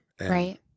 right